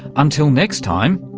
until next time,